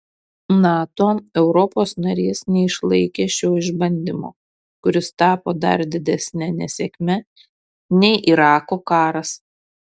nato europos narės neišlaikė šio išbandymo kuris tapo dar didesne nesėkme nei irako karas